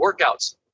workouts